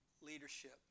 leadership